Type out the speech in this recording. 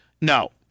no